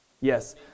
Yes